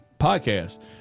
podcast